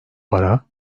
para